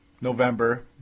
November